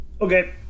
Okay